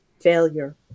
failure